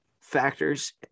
factors